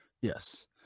yes